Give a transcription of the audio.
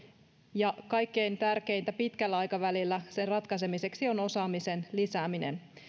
ja että kaikkein tärkeintä pitkällä aikavälillä sen ratkaisemiseksi on osaamisen lisääminen